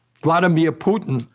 vladimir putin,